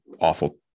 awful